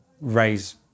raise